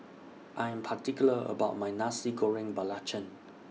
I'm particular about My Nasi Goreng Belacan